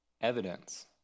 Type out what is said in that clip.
evidence